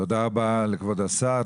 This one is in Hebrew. תודה רבה לכבוד השר,